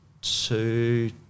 two